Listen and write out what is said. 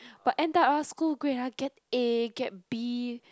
but end up ah school grade ah get A get B